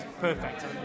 perfect